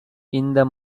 இந்த